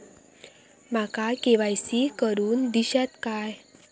माका के.वाय.सी करून दिश्यात काय?